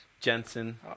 Jensen